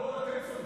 ידידיה סוכות,